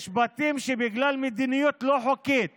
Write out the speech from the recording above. יש בתים שבגלל מדיניות לא חוקית